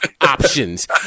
options